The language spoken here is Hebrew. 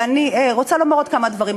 ואני רוצה לומר עוד כמה דברים.